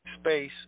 Space